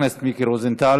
חבר הכנסת מיקי רוזנטל,